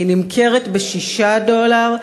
היא נמכרת ב-6 דולר,